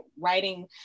writing